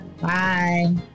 Bye